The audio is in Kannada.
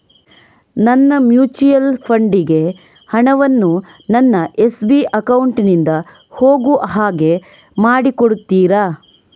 ನನ್ನ ಮ್ಯೂಚುಯಲ್ ಫಂಡ್ ಗೆ ಹಣ ವನ್ನು ನನ್ನ ಎಸ್.ಬಿ ಅಕೌಂಟ್ ನಿಂದ ಹೋಗು ಹಾಗೆ ಮಾಡಿಕೊಡುತ್ತೀರಾ?